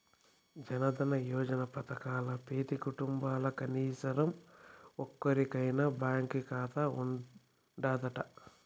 జనదన యోజన పదకంల పెతీ కుటుంబంల కనీసరం ఒక్కోరికైనా బాంకీ కాతా ఉండాదట